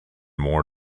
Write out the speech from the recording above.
more